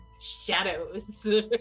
shadows